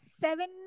seven